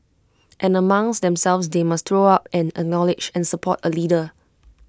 and amongst themselves they must throw up and acknowledge and support A leader